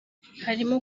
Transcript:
harimo